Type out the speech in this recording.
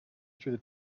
through